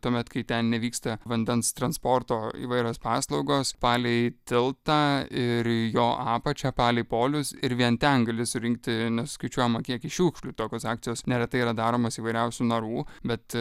tuomet kai ten nevyksta vandens transporto įvairios paslaugos palei tiltą ir jo apačią palei polius ir vien ten gali surinkti nesuskaičiuojamą kiekį šiukšlių tokios akcijos neretai yra daromos įvairiausių narų bet